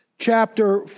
Chapter